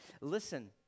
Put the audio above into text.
listen